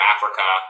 Africa